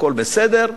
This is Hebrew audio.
הכול בסדר,